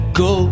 go